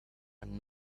and